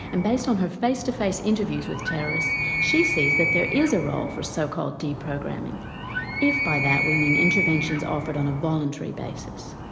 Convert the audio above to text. and based on her face-to-face interviews with terrorists, she sees that there is a role for so-called deprogramming if by that, we mean interventions offered on a voluntary basis.